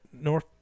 North